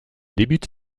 débute